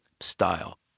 style